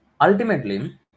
ultimately